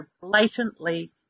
blatantly